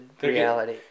reality